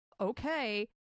okay